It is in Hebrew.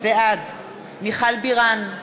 בעד מיכל בירן,